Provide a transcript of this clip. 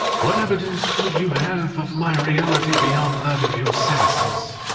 what evidence would you have of my reality beyond that of your senses?